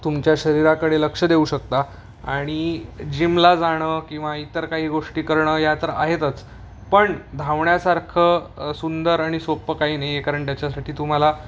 तुमच्या शरीराकडे लक्ष देऊ शकता आणि जिमला जाणं किंवा इतर काही गोष्टी करणं या तर आहेतच पण धावण्यासारखं सुंदर आणि सोपं काही नाही आहे कारण त्याच्यासाठी तुम्हाला